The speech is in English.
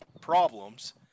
problems